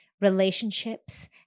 relationships